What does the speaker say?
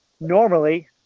Normally